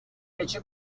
leche